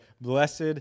Blessed